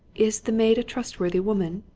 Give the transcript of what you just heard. is the maid a trustworthy woman?